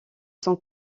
sont